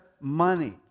money